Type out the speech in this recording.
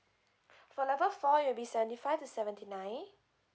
for level four it'll be seventy five to seventy nine